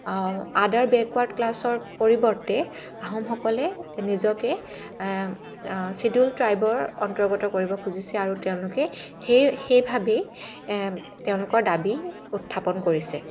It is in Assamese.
আডাৰ বেকৱাৰ্ড ক্লাছৰ পৰিৱৰ্তে আহোমসকলে নিজকে ছিডুল ট্ৰাইবৰ অন্তৰ্গত কৰিব খুজিছে আৰু তেওঁলোকে সেই সেইভাৱেই তেওঁলোকৰ দাবী উত্থাপন কৰিছে